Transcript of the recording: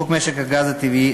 חוק משק הגז הטבעי,